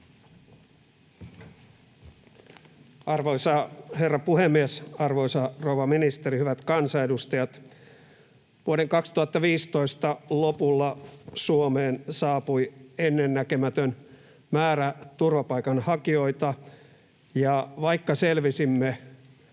Arvoisa herra puhemies! Arvoisa rouva ministeri, hyvät kansanedustajat! Vuoden 2015 lopulla Suomeen saapui ennennäkemätön määrä turvapaikanhakijoita, ja vaikka selvisimme